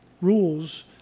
rules